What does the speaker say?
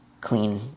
clean